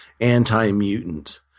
anti-mutant